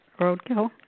roadkill